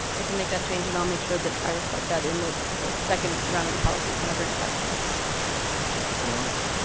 i can make that change and i'll make sure that i reflect that in the the second round of the policies i bring it back to folks mr. lawrence